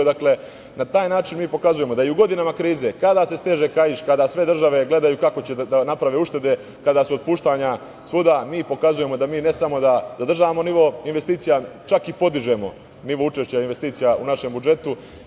Na taj način mi pokazujemo da i u godinama krize, kada se steže kaiš, kada sve države gledaju kako će da naprave uštede, kada su otpuštanja svuda, mi pokazujemo da mi ne samo da održavamo nivo investicija nego čak i podižemo nivo učešća investicija u našem budžetu.